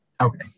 Okay